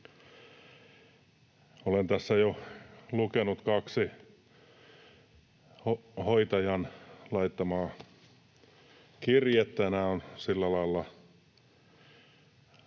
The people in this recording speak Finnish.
Olen tässä jo lukenut kaksi hoitajan laittamaa kirjettä.